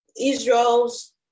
Israel's